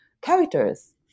characters